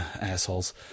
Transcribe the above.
assholes